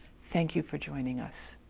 thank you for joining us.